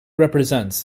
represents